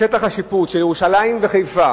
שטח השיפוט של תל-אביב וחיפה